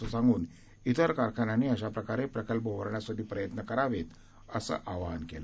असं सांगून इतर कारखान्यांनी अशा प्रकारे प्रकल्प उभारण्यासाठी प्रयत्न करावेत असं आवाहन केलं